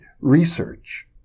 research